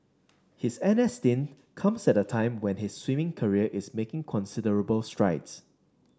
his N S stint comes at a time when his swimming career is making considerable strides